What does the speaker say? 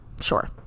sure